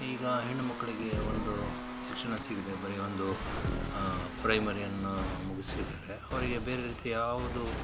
ಈಗ ಹೆಣ್ಣು ಮಕ್ಕಳಿಗೆ ಒಂದು ಶಿಕ್ಷಣ ಸಿಗದೆ ಬರಿ ಒಂದು ಪ್ರೈಮರಿಯನ್ನು ಮುಗಿಸಿದರೆ ಅವರಿಗೆ ಬೇರೆ ರೀತಿ ಯಾವುದು